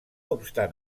obstant